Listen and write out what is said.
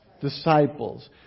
Disciples